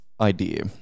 idea